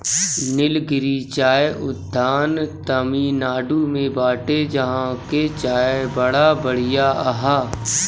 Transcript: निलगिरी चाय उद्यान तमिनाडु में बाटे जहां के चाय बड़ा बढ़िया हअ